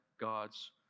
God's